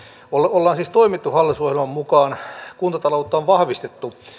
ollaan siis toimittu hallitusohjelman mukaan kuntataloutta on vahvistettu